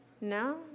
No